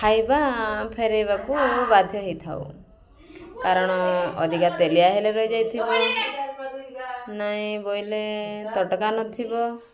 ଖାଇବା ଫେରେଇବାକୁ ବାଧ୍ୟ ହେଇଥାଉ କାରଣ ଅଧିକା ତେଲିଆ ହେଲେ ରହିଯାଇଥିବ ନାଇଁ ବୋଇଲେ ତଟକା ନଥିବ